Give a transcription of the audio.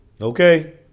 okay